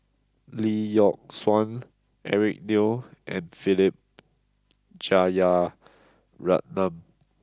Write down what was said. Lee Yock Suan Eric Neo and Philip Jeyaretnam